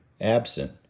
absent